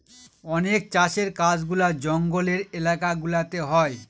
অনেক চাষের কাজগুলা জঙ্গলের এলাকা গুলাতে হয়